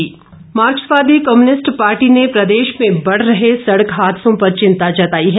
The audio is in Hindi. माकपा माक्सवादी कम्यूनिस्ट पार्टी ने प्रदेश में बढ़ रहे सड़क हादसों पर चिंता जताई है